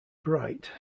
bright